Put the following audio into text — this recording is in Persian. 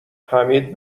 حمید